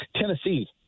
Tennessee